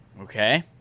Okay